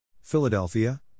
Philadelphia